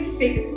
fix